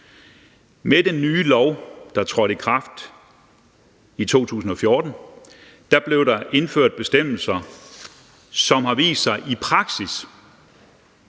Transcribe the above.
Med den nye lov, der trådte i kraft i 2014, blev der indført bestemmelser, som har vist sig i praksis,